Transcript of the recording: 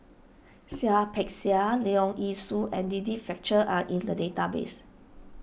Seah Peck Seah Leong Yee Soo and Denise Fletcher are in the database